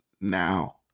now